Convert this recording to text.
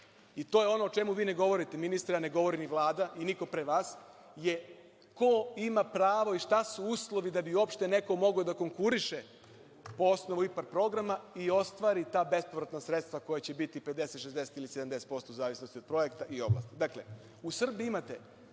i to je ono o čemu vi ne govorite, ministre, a ne govori ni Vlada, ni niko pre vas, je ko ima pravo i šta su uslovi da bi uopšte neko mogao da konkuriše po osnovu IPAR programa i ostvari ta bespovratna sredstva koja će biti 50, 60 ili 70%, u zavisnosti od projekta i oblasti.